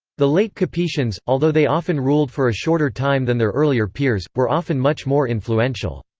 the late capetians, although they often ruled for a shorter time than their earlier peers, were often much more influential.